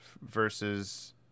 versus